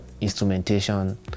instrumentation